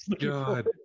god